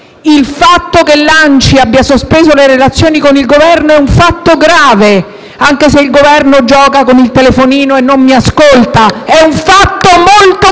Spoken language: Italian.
Il fatto che l'ANCI abbia sospeso le relazioni con il Governo è un fatto grave, anche se il rappresentante del Governo gioca con il telefonino e non mi ascolta! È un fatto molto grave!